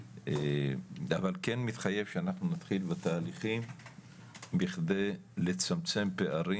אני כן מתחייב שאנחנו נתחיל בתהליכים בכדי לצמצם פערים